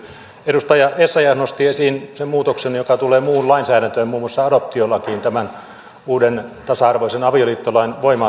edustaja essayah nosti esiin sen muutoksen joka tulee muuhun lainsäädäntöön muun muassa adoptiolakiin tämän uuden tasa arvoisen avioliittolain voimaan tullessa